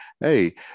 hey